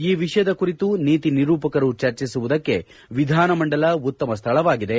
ಈ ವಿಷಯದ ಕುರಿತು ನೀತಿ ನಿರೂಪಕರು ಚರ್ಚಿಸುವುದಕ್ಕೆ ವಿಧಾನಮಂಡಲ ಉತ್ತಮ ಸ್ಥಳವಾಗಿದೆ